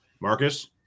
Marcus